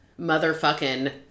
motherfucking